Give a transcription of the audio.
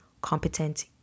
competent